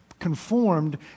conformed